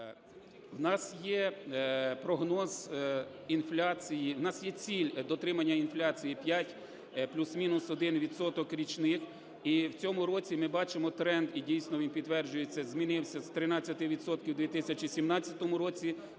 у нас є ціль дотримання інфляції 5 плюс-мінус 1 відсоток річних. І в цьому році ми бачимо тренд, і дійсно він підтверджується, змінився з 13 відсотків